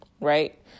right